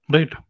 Right